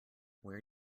where